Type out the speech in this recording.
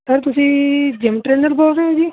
sir ਤੁਸੀਂ gym trainer ਬੋਲ ਰਹੇ ਹੋ ਜੀ